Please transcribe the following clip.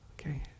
Okay